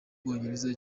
bwongereza